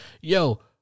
Yo